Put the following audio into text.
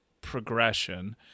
progression